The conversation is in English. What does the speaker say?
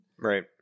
right